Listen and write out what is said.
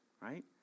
right